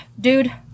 Dude